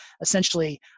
essentially